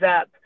up